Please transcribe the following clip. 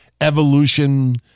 Evolution